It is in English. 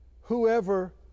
Whoever